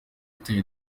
itera